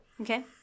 Okay